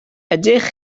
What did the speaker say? ydych